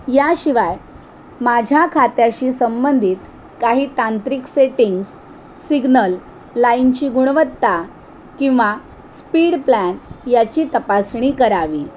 याशिवाय माझ्या खात्याशी संबंधित काही तांत्रिक सेटिंग्स सिग्नल लाईनची गुणवत्ता किंवा स्पीड प्लॅन याची तपासणी करावी